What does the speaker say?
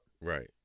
Right